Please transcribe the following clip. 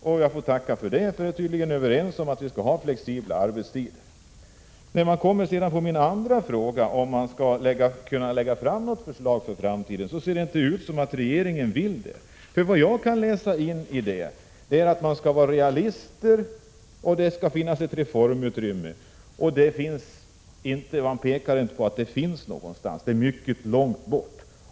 Jag får tacka för det, för arbetsmarknadsministern är tydligen överens med majoriteten i DELFA om att vi skall ha flexibla arbetstider. Min andra fråga gällde om regeringen räknar med att kunna lägga fram något förslag om sextimmarsdag. Det ser inte ut som om regeringen vill göra det. Vad jag kan läsa in i svaret är att vi skall vara realister och att det måste finnas ett reformutrymme, som enligt regeringen inte finns någonstans — det är mycket långt borta.